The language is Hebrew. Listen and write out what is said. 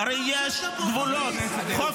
--- חברי הכנסת, לא לא לא לא לא.